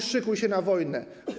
Szykuj się na wojnę.